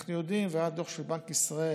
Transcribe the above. אנחנו יודעים, והיה דוח של בנק ישראל,